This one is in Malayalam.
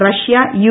Russia U